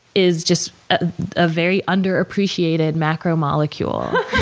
is just a ah very underappreciated macromolecule.